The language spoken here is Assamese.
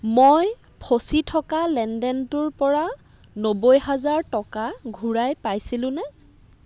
মই ফচি থকা লেনদেনটোৰপৰা নবৈ হাজাৰ টকা ঘূৰাই পাইছিলোনে